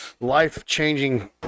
life-changing